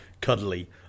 cuddly